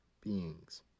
beings